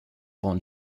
born